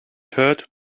heard